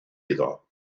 iddo